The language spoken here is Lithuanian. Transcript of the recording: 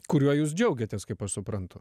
kuriuo jūs džiaugiatės kaip aš suprantu